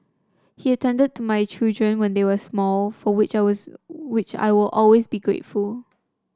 he attended to my children when they were small for which I was which I will always be grateful